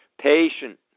patient